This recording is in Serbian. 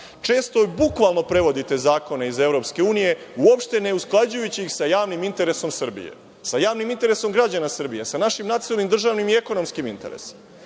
Često i bukvalno prevodite zakone iz EU, uopšte ne usklađujući ih sa javnim interesom Srbije, sa javnim interesom građana Srbije, sa našim nacionalnim državnim i ekonomskim interesima. To